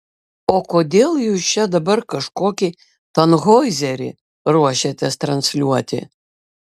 o kodėl jūs čia dabar kažkokį tanhoizerį ruošiatės transliuoti